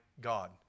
God